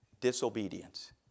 disobedience